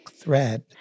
thread